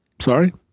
sorry